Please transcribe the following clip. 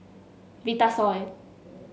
Vitasoy